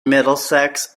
middlesex